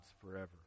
forever